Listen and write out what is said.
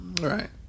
right